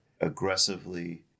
aggressively